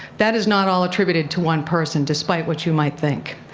that is not all attributed to one person despite what you might think.